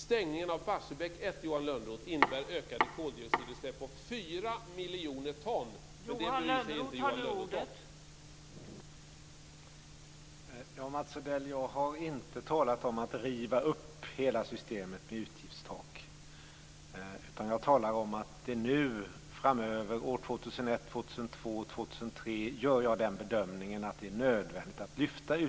Stängningen av Barsebäck 1, Johan Lönnroth, innebär ökade koldioxidutsläpp på 4 miljoner ton, men det bryr sig inte Johan Lönnroth om.